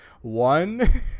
one